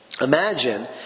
imagine